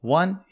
one